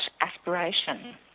aspiration